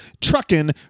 trucking